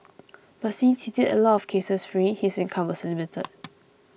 but since he did a lot of cases free his income was limited